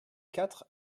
quatre